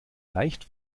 leicht